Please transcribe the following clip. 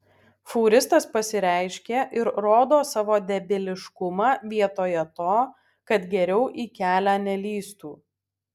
fūristas pasireiškė ir rodo savo debiliškumą vietoje to kad geriau į kelią nelįstų